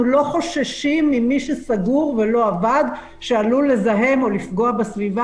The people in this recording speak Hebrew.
אנחנו לא חוששים ממי שסגור ולא עבד שעלול לזהם או לפגוע בסביבה,